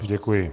Děkuji.